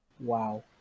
wow